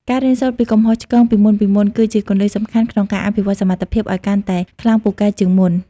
ការរៀនសូត្រពីកំហុសឆ្គងពីមុនៗ គឺជាគន្លឹះសំខាន់ក្នុងការអភិវឌ្ឍសមត្ថភាពឱ្យកាន់តែខ្លាំងពូកែជាងមុន។